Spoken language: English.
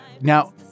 Now